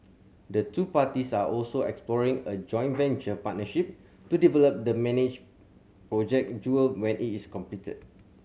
the two parties are also exploring a joint venture partnership to develop the manage Project Jewel when it is completed